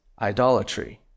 idolatry